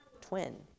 twin